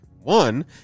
one